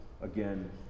again